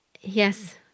Yes